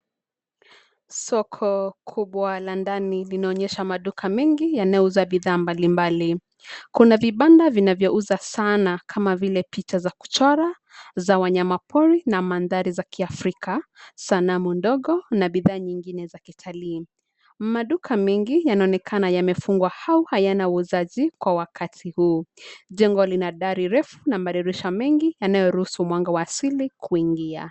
Soko kubwa la ndani linaonyesha maduka mengi yanayouza bidhaa mbalimbali. Kuna vibanda vinavyouza sana kama vile picha za kuchora, za wanyama pori na mandhari za kiafrika, sanamu ndogo na bidhaa zingine za kitalii. Maduka mengi yanaonekana yamefungwa au hayana wauzaji kwa wakati huu. Jengo lina dari refu na madirisha mengi yanaruhusu mwanga wa asili kuingia.